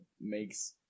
makes